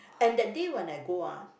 and that day when I go ah